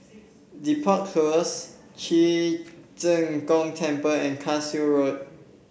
Depot Close Ci Zheng Gong Temple and Cashew Road